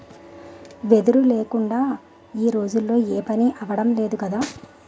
వెదురు లేకుందా ఈ రోజుల్లో ఏపనీ అవడం లేదు కదా